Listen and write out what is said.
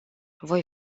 voi